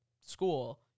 school